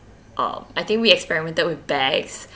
um I think we experimented with bags